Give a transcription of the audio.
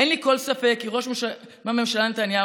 אין לי כל ספק כי ראש הממשלה נתניהו,